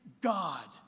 God